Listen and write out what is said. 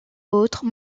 autres